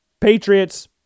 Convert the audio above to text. Patriots